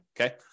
Okay